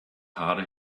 harder